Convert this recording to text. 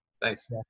thanks